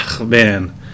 Man